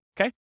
Okay